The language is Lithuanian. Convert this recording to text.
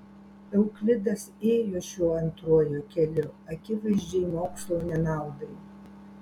euklidas ėjo šiuo antruoju keliu akivaizdžiai mokslo nenaudai